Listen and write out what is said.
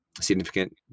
significant